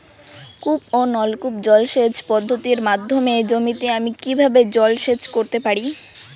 কূপ ও নলকূপ জলসেচ পদ্ধতির মাধ্যমে জমিতে আমি কীভাবে জলসেচ করতে পারি?